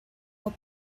will